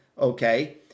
okay